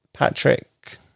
Patrick